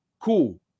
Cool